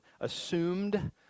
assumed